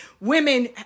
Women